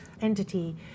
entity